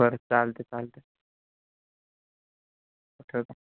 बरं चालते चालते ठेवतो